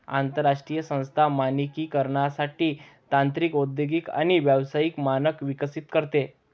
आंतरराष्ट्रीय संस्था मानकीकरणासाठी तांत्रिक औद्योगिक आणि व्यावसायिक मानक विकसित करते